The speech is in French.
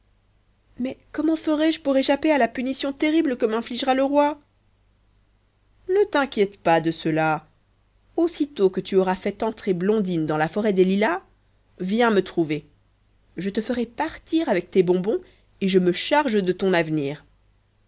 mais comment ferai-je pour échapper à la punition terrible que m'infligera le roi ne t'inquiète pas de cela aussitôt que tu auras fait entrer blondine dans la forêt des lilas viens me trouver je te ferai partir avec tes bonbons et je me charge de ton avenir